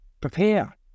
Prepare